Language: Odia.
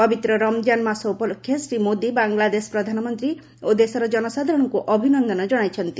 ପବିତ୍ର ରମ୍କାନ ମାସ ଉପଲକ୍ଷେ ଶ୍ରୀ ମୋଦି ବାଂଲାଦେଶ ପ୍ରଧାନମନ୍ତ୍ରୀ ଓ ଦେଶର ଜନସାଧାରଣଙ୍କୁ ଅଭିନନ୍ଦନ କଣାଇଛନ୍ତି